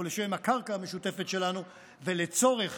או לשם הקרקע המשותפת שלנו והצורך